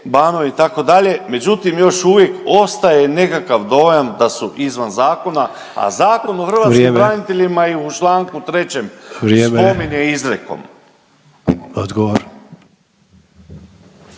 Međutim, još uvijek ostaje nekakav dojam da su izvan zakona, a Zakon o hrvatskim braniteljima i u članku 3. … …/Upadica Sanader: